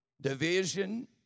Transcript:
division